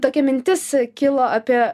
tokia mintis kilo apie